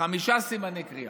חמישה סימני קריאה.